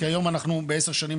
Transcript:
כי היום אנחנו בעשר שנים